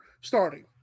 starting